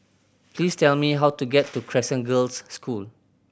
please tell me how to get to Crescent Girls' School